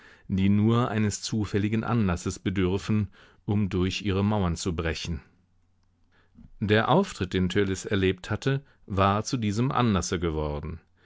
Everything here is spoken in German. die nur eines zufälligen anlasses bedürfen um durch ihre mauern zu brechen der auftritt den törleß erlebt hatte war zu diesem anlasse geworden